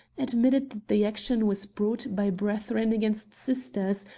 admitted that the action was brought by brethren against sisters,